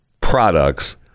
products